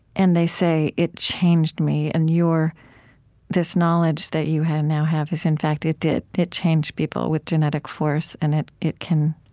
and they say, it changed me. and your this knowledge that you now have is, in fact, it did. it changed people with genetic force, and it it can,